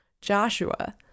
Joshua